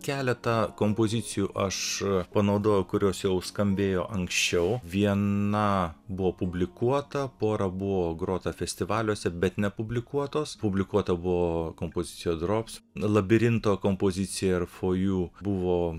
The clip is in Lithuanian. keletą kompozicijų aš panaudojau kurios jau skambėjo anksčiau viena buvo publikuota pora buvo grota festivaliuose bet nepublikuotos publikuota buvo kompozicija drops labirinto kompozicija ir for you buvo